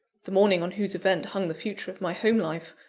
the morning on whose event hung the future of my home life,